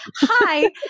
hi